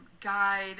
guide